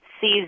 seize